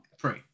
Three